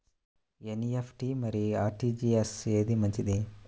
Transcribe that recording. NEFT మరియు RTGS ఏది మంచిది?